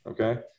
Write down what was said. okay